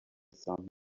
some